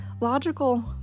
Logical